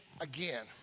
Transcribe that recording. again